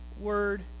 word